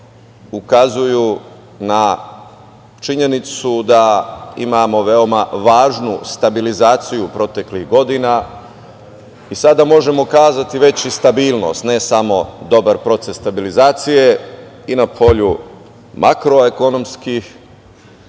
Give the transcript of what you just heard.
ukazuju na činjenicu da imamo veoma važnu stabilizaciju proteklih godina i sada možemo kazati već stabilnost, ne samo dobar proces stabilizacije i na polju makroekonomskih,